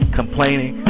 complaining